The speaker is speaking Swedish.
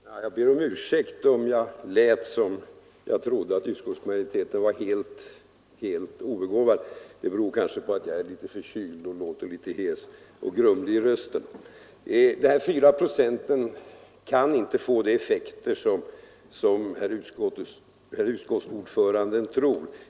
Herr talman! Jag ber om ursäkt om jag lät som om jag trodde att utskottsmajoriteten var helt obegåvad. Det beror kanske på att jag är litet förkyld och hes och grumlig i rösten. Dessa 4 procent kan inte få de effekter som herr utskottsordföranden tror.